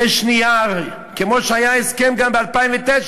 יש נייר, כמו שהיה הסכם גם ב-2009.